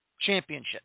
championship